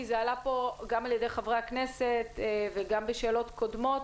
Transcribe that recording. כי זה עלה פה גם על-ידי חברי הכנסת וגם בשאלות קודמות,